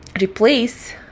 replace